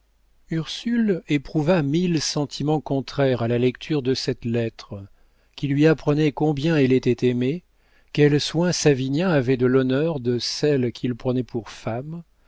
ursule éprouva mille sentiments contraires à la lecture de cette lettre qui lui apprenait combien elle était aimée quel soin savinien avait de l'honneur de celle qu'il prenait pour femme